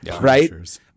right